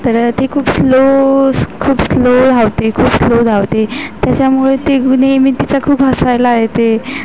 तर ती खूप स्लो खूप स्लो धावते खूप स्लो धावते त्याच्यामुळे ती नेहमी तिचं खूप हसायला येते